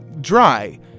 dry